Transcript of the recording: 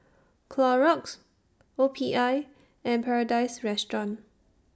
Clorox O P I and Paradise Restaurant